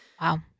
Wow